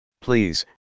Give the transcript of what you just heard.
Please